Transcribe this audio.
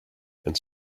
and